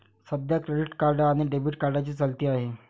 सध्या credit card आणि debit कार्डची चलती आहे